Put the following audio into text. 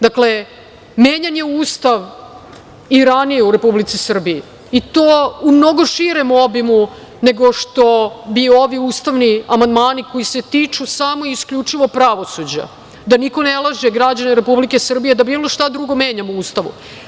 Dakle, menjan je Ustav i ranije u Republici Srbiji, i to u mnogo širem obimu nego što bi ovi ustavni amandmani koji se tiču samo i isključivo pravosuđa, da niko ne laže građane Republike Srbije, da bilo šta drugo menjamo u Ustavu.